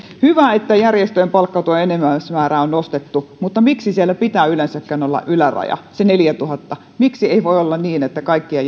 hyvä että järjestöjen palkkatuen enimmäismäärää on nostettu mutta miksi siellä pitää yleensäkään olla yläraja se neljätuhatta miksi ei voi olla niin että kaikkien